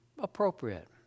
appropriate